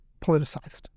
politicized